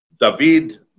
David